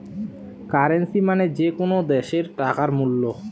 currency মানে যে কোনো দ্যাশের টাকার মূল্য